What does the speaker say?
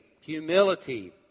humility